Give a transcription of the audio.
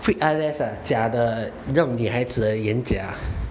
fake eyelash ah 假的那种女孩子的眼睫啊